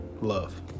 Love